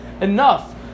enough